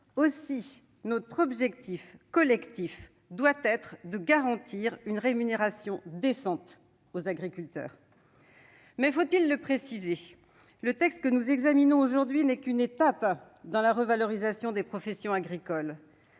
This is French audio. Aussi, notre objectif collectif doit être de garantir une rémunération décente aux agriculteurs. Toutefois- faut-il le préciser ?-, le texte que nous examinons aujourd'hui n'est qu'une étape dans la revalorisation des professions agricoles.